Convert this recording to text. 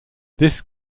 this